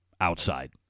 outside